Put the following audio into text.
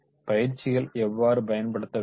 பயிற்சிகள் எவ்வாறு பயன்படுத்த வேண்டும்